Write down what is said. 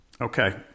Okay